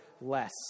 less